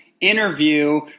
interview